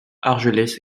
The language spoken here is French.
argelès